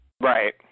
Right